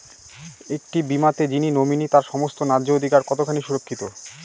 একটি বীমাতে যিনি নমিনি তার সমস্ত ন্যায্য অধিকার কতখানি সুরক্ষিত?